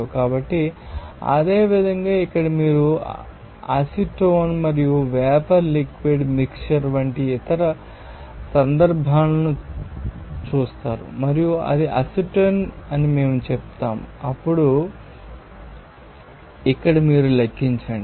కాబట్టి అదేవిధంగా ఇక్కడ మీరు అసిటోన్ యొక్క వేపర్ లిక్విడ్ మిక్ట్చర్ వంటి ఇతర సందర్భాలను చూస్తారు మరియు అది అసిటోన్ అని మేము చెప్తాము అప్పుడు మీరు ఇక్కడ లెక్కించండి